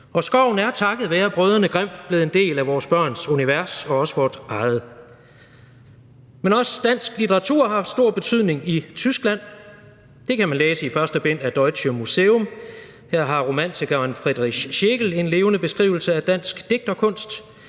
Og skoven er takket være brødrene Grimm blevet en del af vores børns univers og også vort eget. Men også dansk litteratur har haft stor betydning i Tyskland. Det kan man læse i første bind af »Deutsches Museum«. Her har romantikeren Friedrich Schlegel en levende beskrivelse af dansk digterkunst,